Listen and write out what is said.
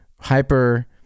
hyper